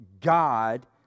God